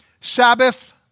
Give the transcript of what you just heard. Sabbath